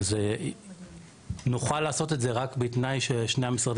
אולי נעשה איזה "פוש" קטן?